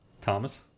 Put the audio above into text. Thomas